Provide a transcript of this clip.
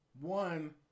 One